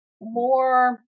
more